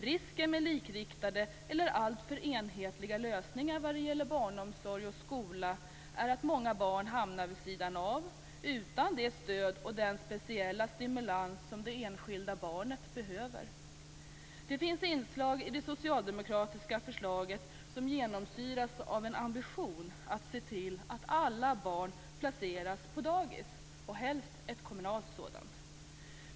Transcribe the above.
Risken med likriktade eller alltför enhetliga lösningar vad gäller barnomsorg och skola, är att många barn hamnar vid sidan av - utan det stöd och den speciella stimulans som det enskilda barnet behöver. Det finns inslag i det socialdemokratiska förslaget som genomsyras av en ambition att se till att alla barn placeras på dagis, och helst ett kommunalt sådant.